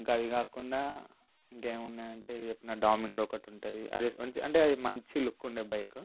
ఇంకా అవి కాకుండా ఇంకేమున్నాయంటే డామినర్ ఒకటి అంటే అది మంచి లుక్ ఉండే బైక్